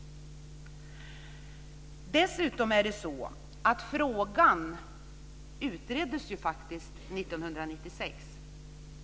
Dessutom utreddes frågan 1996.